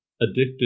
addicted